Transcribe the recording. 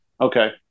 Okay